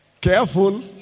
Careful